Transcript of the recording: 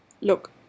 Look